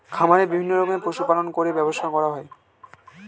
খামারে বিভিন্ন রকমের পশু পালন করে ব্যবসা করা হয়